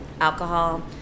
alcohol